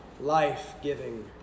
life-giving